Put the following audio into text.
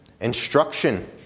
instruction